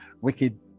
wicked